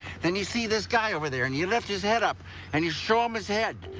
then you see this guy over there, and you lift his head up and you show him his head,